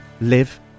live